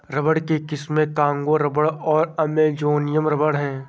rubber की किस्में Congo rubber और अमेजोनियन रबर हैं